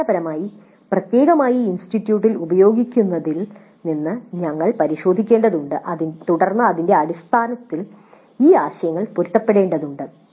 അടിസ്ഥാനപരമായി പ്രത്യേകമായി ഇൻസ്റ്റിറ്റ്യൂട്ടിൽ ഉപയോഗിക്കുന്നതിൽ നിന്ന് ഞങ്ങൾ പരിശോധിക്കേണ്ടതുണ്ട് തുടർന്ന് അതിന്റെ അടിസ്ഥാനത്തിൽ ഈ ആശയങ്ങൾ പൊരുത്തപ്പെടുത്തേണ്ടതുണ്ട്